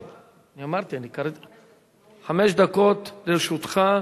חמש דקות לרשותך.